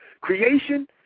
Creation